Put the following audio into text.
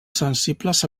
sensibles